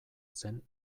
zen